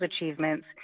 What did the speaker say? achievements